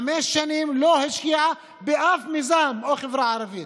חמש שנים לא השקיעה באף מיזם בחברה הערבית.